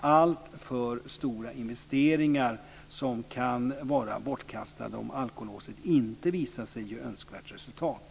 alltför stora investeringar som kan vara bortkastade om alkolåset inte visar sig ge önskvärt resultat.